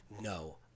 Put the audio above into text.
no